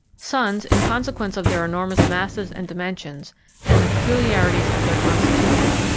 suns, in consequence of their enormous masses and dimensions and the peculiarities of their constitution,